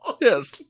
Yes